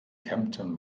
kempten